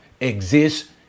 exists